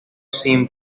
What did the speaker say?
sin